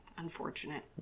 unfortunate